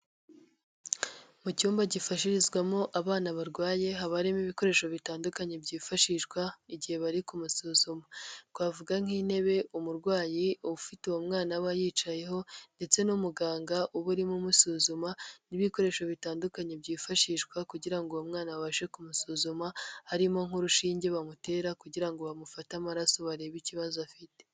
Mu cyumba gifashirizwamo abana barwaye, habamo ibikoresho bitandukanye byifashishwa, igihe bari kumusuzuma, twavuga nk'intebe, umurwayi ufite uwo mwana aba yicayeho, ndetse n'umuganga uba urimo umusuzuma, n'ibikoresho bitandukanye byifashishwa, kugira ngo uwo mwana abashe kumusuzuma, harimo n'urushinge bamutera, kugira ngo bamufate amaraso, barebe ikibazo afite.